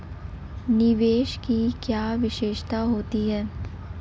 निवेश की क्या विशेषता होती है?